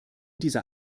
dieser